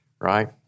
right